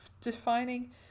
defining